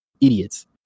idiots